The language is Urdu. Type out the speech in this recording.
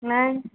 نہیں